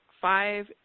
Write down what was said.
five